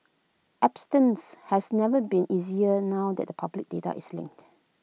abstinence has never been easier now that public data is linked